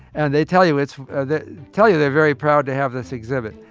and they tell you it's they tell you they're very proud to have this exhibit.